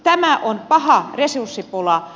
tämä on paha resurssipula